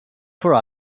for